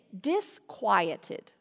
Disquieted